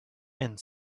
and